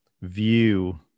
view